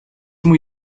muy